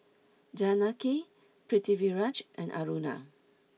Janaki Pritiviraj and Aruna